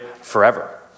forever